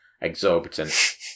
exorbitant